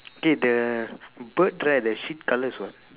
okay the bird right there's three colours [what]